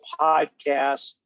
podcast